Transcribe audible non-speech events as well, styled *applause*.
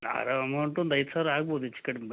*unintelligible* amount ಒಂದು ಐದು ಸಾವಿರ ಆಗ್ಬೋದು ಹೆಚ್ ಕಡ್ಮೆ ಬರ್ರಿ